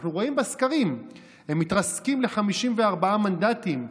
אנחנו רואים בסקרים: הם מתרסקים ל-54 מנדטים,